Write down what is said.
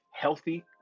Healthy